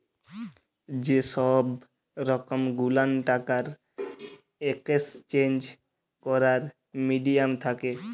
যে সহব রকম গুলান টাকার একেসচেঞ্জ ক্যরার মিডিয়াম থ্যাকে